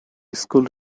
school